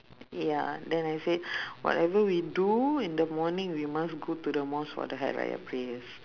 ya then I said whatever we do in the morning we must go to the mosque for the hari raya prayers